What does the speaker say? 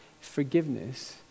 Forgiveness